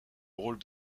rôle